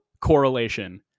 correlation